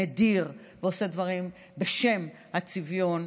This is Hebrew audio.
מדיר ועושה דברים בשם הצביון,